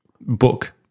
book